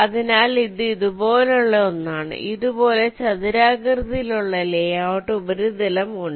അതിനാൽ ഇത് ഇതുപോലുള്ള ഒന്നാണ് ഇതുപോലെ ചതുരാകൃതിയിലുള്ള ലേഔട്ട് ഉപരിതലം ഉണ്ട്